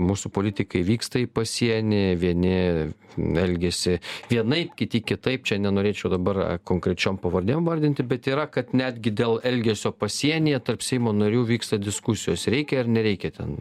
mūsų politikai vyksta į pasienį vieni elgiasi vienaip kiti kitaip čia nenorėčiau dabar konkrečiom pavardėm vardinti bet yra kad netgi dėl elgesio pasienyje tarp seimo narių vyksta diskusijos reikia ar nereikia ten